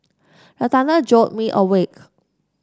the thunder jolt me awake